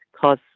cause